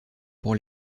pour